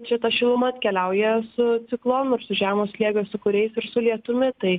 čia ta šiluma atkeliauja su ciklonu ir su žemo slėgio sūkuriais ir su lietumi tai